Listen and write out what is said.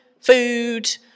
food